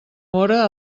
hora